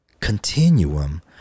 continuum